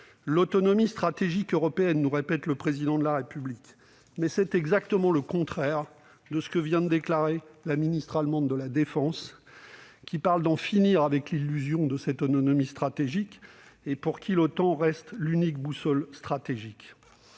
L'« autonomie stratégique européenne », nous répète le Président de la République. Or c'est exactement le contraire de ce que vient de déclarer la ministre allemande de la défense, qui parle d'en finir avec « l'illusion de l'autonomie stratégique » et pour qui l'OTAN reste l'unique boussole stratégique.